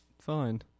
fine